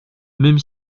même